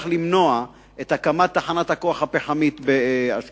עדיין למנוע את הקמת תחנת הכוח הפחמית באשקלון.